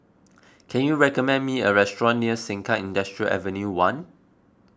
can you recommend me a restaurant near Sengkang Industrial Avenue one